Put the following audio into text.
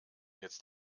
jetzt